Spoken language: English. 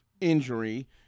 injury –